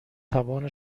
توان